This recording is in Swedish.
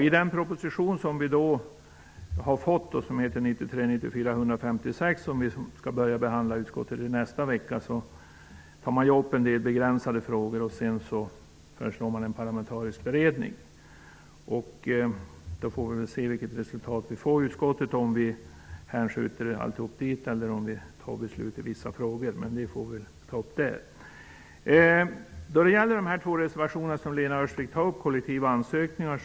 I den proposition som vi har fått, som heter 1993/94:156 och som vi skall börja behandla i utskottet i nästa vecka, tar man upp en del begränsade frågor och föreslår en parlamentarisk beredning. Vi får väl se vilket resultat vi når fram till i utskottet, om vi hänskjuter allt till beredningen eller om vi beslutar i vissa frågor. Det får vi ta upp i utskottet. En av de två reservationer som Lena Öhrsvik tar upp gäller kollektiva ansökningar.